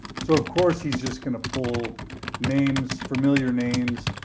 so of course, he's just gonna pull names, familiar names,